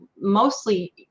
mostly